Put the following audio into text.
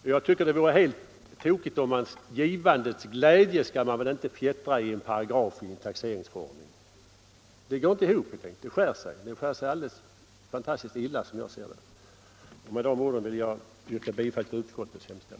Givandets glädje — komstbeskattningen skall man inte fjättra i en paragraf i taxeringsförordningen. Det går inte = för gåvor till ihop, det skär sig fantastiskt illa som jag ser det. allmännyttiga Med de orden vill jag yrka bifall till utskottets hemställan.